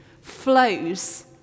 flows